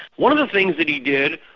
one of the things that he did,